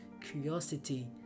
curiosity